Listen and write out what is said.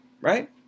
right